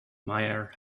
meier